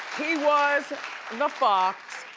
he was the fox.